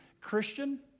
Christian